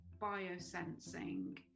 biosensing